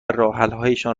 راهحلهایشان